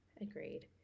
Agreed